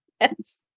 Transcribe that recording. Yes